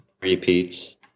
repeats